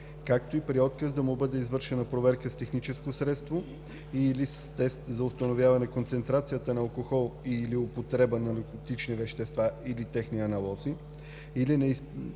както и при отказ да му бъде извършена проверка с техническо средство и/или с тест за установяване концентрацията на алкохол и/или употребата на наркотични вещества или техни аналози, или не изпълни